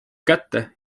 kätte